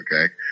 Okay